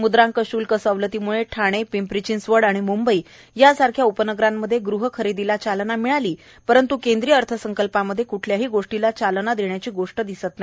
मुद्रांक श्ल्क सवलतीमुळे ठाणे पिंपरी चिंचवड मुंबई यासारख्या उपनगरांमध्ये गृहखरेदीला चालना मिळाली परंत् केंद्रीय अर्थसंकल्पामध्ये क्ठल्याही गोष्टीला चालना देण्याची गोष्ट दिसत नाही